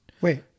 wait